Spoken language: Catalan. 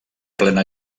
plena